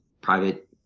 private